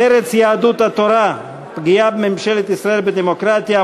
מרצ, יהדות התורה: פגיעת ממשלת ישראל בדמוקרטיה.